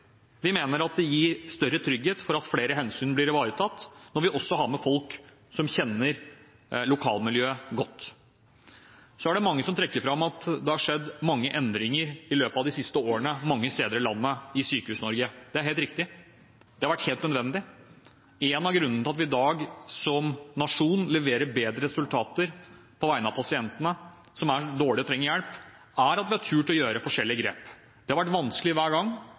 Vi mener at det gir større trygghet for at flere hensyn blir ivaretatt når vi også har med folk som kjenner lokalmiljøet godt. Så er det mange som trekker fram at det har skjedd mange endringer i løpet av de siste årene mange steder i Sykehus-Norge. Det er helt riktig. Det har vært helt nødvendig. Én av grunnene til at vi i dag som nasjon leverer bedre resultater på vegne av pasientene, som er dårlige og trenger hjelp, er at vi har turt å gjøre forskjellige grep. Det har vært vanskelig hver gang,